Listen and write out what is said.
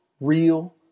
real